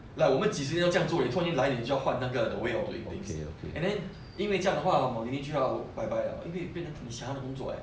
like 我们几十年要这样做你突间来你就要换那个 the way of doing things and then 因为这样的话 maldini 就要 bye bye liao 因为变成 diesel 的工作 leh